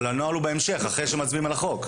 אבל הנוהל הוא בהמשך, אחרי שמצביעים על החוק.